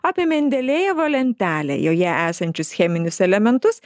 apie mendelejevo lentelę joje esančius cheminius elementus